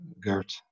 Gert